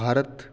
भारतम्